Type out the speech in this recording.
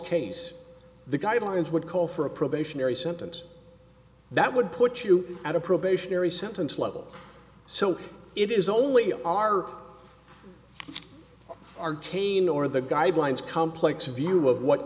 case the guidelines would call for a probationary sentence that would put you at a probationary sentence level so it is only our arcane or the guidelines complex a view of what